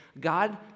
God